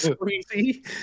crazy